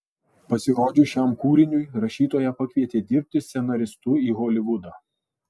pasirodžius šiam kūriniui rašytoją pakvietė dirbti scenaristu į holivudą